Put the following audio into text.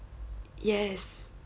yes